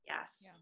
Yes